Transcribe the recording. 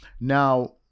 Now